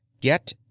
Get